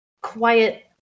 quiet